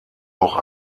auch